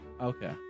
Okay